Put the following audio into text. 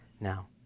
now